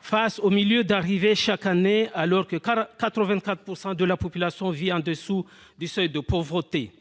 face aux milliers d'arrivées chaque année, alors que 84 % de la population vit au-dessous du seuil de pauvreté,